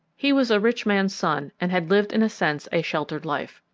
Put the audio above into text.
he was a rich man's son and had lived in a sense a sheltered life.